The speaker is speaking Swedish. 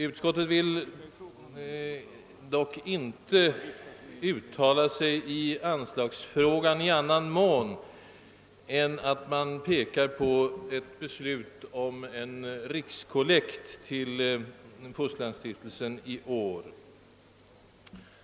Utskottet vill dock inte uttala sig i anslagsfrågan i annan mån än att utskottet pekar på ett beslut om en rikskollekt till Fosterlandsstiftelsen i år.